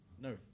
no